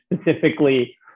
specifically